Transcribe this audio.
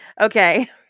Okay